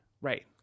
Right